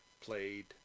played